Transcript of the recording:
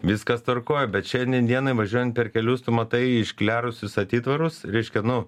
viskas tvarkoj bet šiandien dienai važiuojant per kelius tu matai išklerusius atitvarus reiškia nu